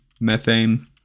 methane